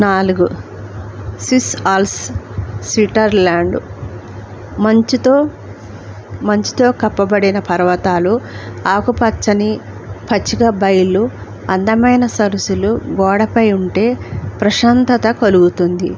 నాలుగు Swiss Alps Switzerland మంచుతో మంచుతో కప్పబడిన పర్వతాలు ఆకు పచ్చని పచ్చికబైలు అందమైన సరసులు గోడపై ఉంటే ప్రశాంతత కలుగుతుంది